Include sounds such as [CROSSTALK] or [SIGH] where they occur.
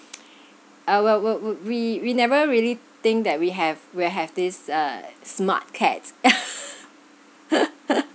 [NOISE] uh would would would we we never really think that we have we have this uh smart cats [LAUGHS]